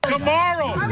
Tomorrow